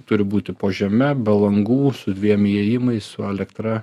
turi būti po žeme be langų su dviem įėjimais su elektra